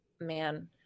man